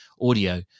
audio